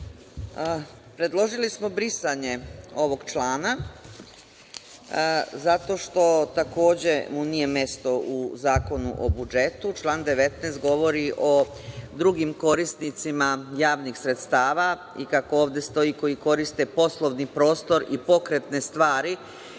Predložili smo brisanje ovog člana zato što takođe mu nije mesto u Zakonu o budžetu. Član 19. govori o drugim korisnicima javnih sredstava koji koriste poslovni prostor i pokretne stvari